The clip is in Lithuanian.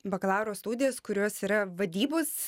bakalauro studijas kurios yra vadybos